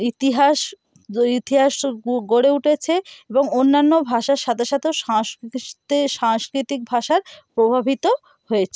ইতিহাস যে ইতিহাস গড়ে উঠেছে এবং অন্যান্য ভাষার সাথে সাথেও সাংস্কৃতিক ভাষার পোভাবিত হয়েছে